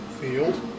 field